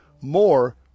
more